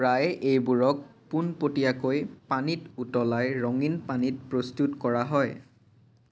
প্ৰায়ে এইবোৰক পোনপটীয়াকৈ পানীত উতলাই ৰঙীন পানীত প্ৰস্তুত কৰা হয়